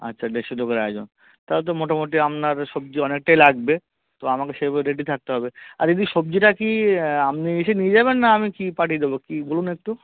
আচ্ছা দেড়শো লোকের আয়োজন তাহলে তো মোটামুটি আপনার সবজি অনেকটাই লাগবে তো আমাকে সেই বুঝে রেডি থাকতে হবে আর দিদি সবজিটা কি আপনি এসে নিয়ে যাবেন না আমি কি পাঠিয়ে দেবো কী বলুন একটু